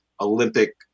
Olympic